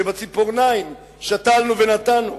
שבציפורניים שתלנו ונטענו,